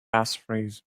passphrase